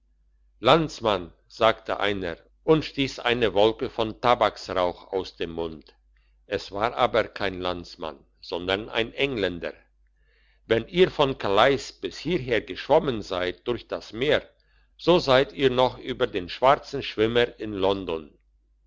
landsmann sagte einer und stiess eine wolke von tabaksrauch aus dem mund es war aber kein landsmann sondern ein engländer wenn ihr von calais bis hierher geschwommen seid durch das meer so seid ihr noch über den schwarzen schwimmer in london